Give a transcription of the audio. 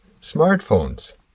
smartphones